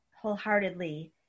wholeheartedly